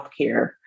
healthcare